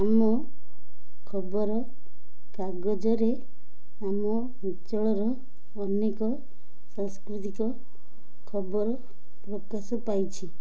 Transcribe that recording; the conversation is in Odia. ଆମ ଖବରକାଗଜରେ ଆମ ଅଞ୍ଚଳର ଅନେକ ସାଂସ୍କୃତିକ ଖବର ପ୍ରକାଶ ପାଇଛି